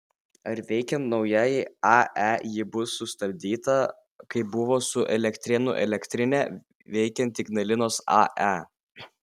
ar veikiant naujajai ae ji bus sustabdyta kaip buvo su elektrėnų elektrine veikiant ignalinos ae